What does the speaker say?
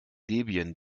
debian